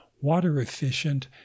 water-efficient